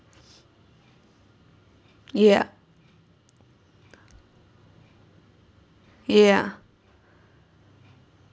ya ya